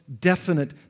definite